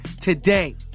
today